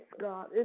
God